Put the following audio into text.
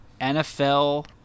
NFL